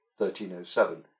1307